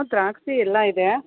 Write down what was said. ದ್ರಾಕ್ಷಿ ಎಲ್ಲ ಇದೆ